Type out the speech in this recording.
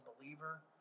believer